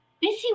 busy